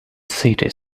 city